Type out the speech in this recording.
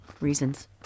reasons